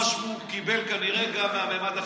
מה שהוא קיבל כנראה גם מהמימד החמישי.